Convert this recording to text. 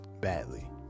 badly